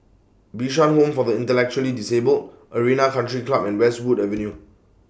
Bishan Home For The Intellectually Disabled Arena Country Club and Westwood Avenue